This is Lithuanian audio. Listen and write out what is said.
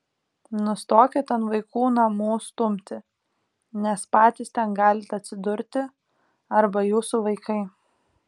nustokit ant vaikų namų stumti nes patys ten galit atsidurti arba jūsų vaikai